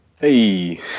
Hey